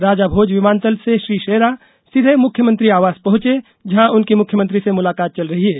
राजाभोज विमानतल से श्री शेरा सीधे मुख्यमंत्री आवास पहंचे जहां उनकी मुख्यमंत्री से मुलाकात चैल रही है